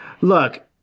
Look